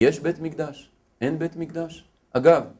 יש בית מקדש? אין בית מקדש? אגב